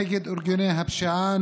נגד ארגוני הפשיעה.